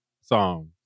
song